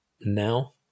now